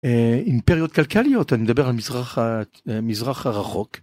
אימפריות כלכליות אני מדבר על מזרח, המזרח הרחוק.